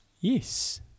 Yes